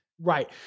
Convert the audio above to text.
Right